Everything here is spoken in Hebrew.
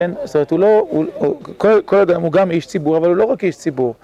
כן, זאת אומרת, הוא גם איש ציבור, אבל הוא לא רק איש ציבור